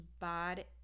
bad